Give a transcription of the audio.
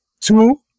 two